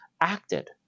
acted